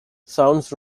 sounds